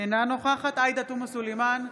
אינה נוכחת עאידה תומא סלימאן,